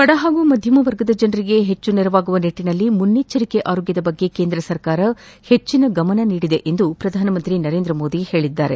ಬಡ ಹಾಗು ಮಧ್ಯಮ ವರ್ಗದ ಜನರಿಗೆ ಹೆಚ್ಚು ನೆರವಾಗುವ ನಿಟ್ಟನಲ್ಲಿ ಮುನ್ನೆಚ್ಚರಿಕಾ ಆರೋಗ್ಭದ ಬಗ್ಗೆ ಕೇಂದ್ರ ಸರ್ಕಾರ ಹೆಚ್ಚಿನ ಗಮನ ನೀಡಿದೆ ಎಂದು ಪ್ರಧಾನಮಂತ್ರಿ ನರೇಂದ್ರ ಮೋದಿ ಹೇಳಿದ್ದಾರೆ